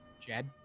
Jed